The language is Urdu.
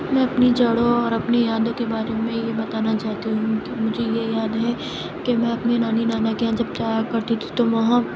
میں اپنی جڑوں اور اپنی یادوں کے بارے میں یہ بتانا چاہتی ہوں کہ مجھے یہ یاد ہے کہ میں اپنے نانی نانا کے یھاں جب جایا کرتی تھی تو وہاں